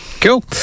cool